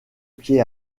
pied